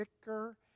thicker